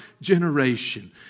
generation